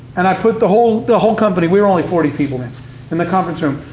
and i put the whole the whole company we were only forty people then in the conference room,